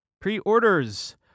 Pre-orders